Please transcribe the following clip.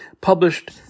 published